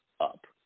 up